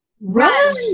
run